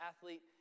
athlete